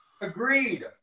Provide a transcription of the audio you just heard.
Agreed